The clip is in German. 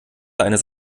eines